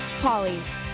Polly's